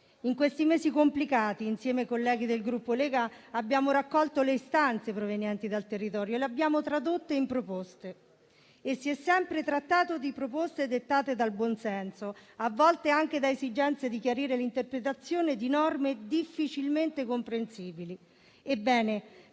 In questi mesi complicati, insieme ai colleghi del Gruppo Lega abbiamo raccolto le istanze provenienti dal territorio, le abbiamo tradotte in proposte sempre dettate dal buon senso, a volte anche dall'esigenza di chiarire l'interpretazione di norme difficilmente comprensibili.